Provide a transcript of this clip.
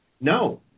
No